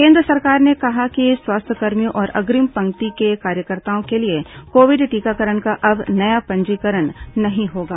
केंद्र सरकार ने कहा है कि स्वास्थ्यकर्मियों और अग्रिम पंक्ति के कार्यकर्ताओं के लिए कोविड टीकाकरण का अब नया पंजीकरण नहीं होगा